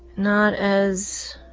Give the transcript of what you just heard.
not as